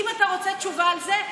ואם אתה רוצה תשובה על זה,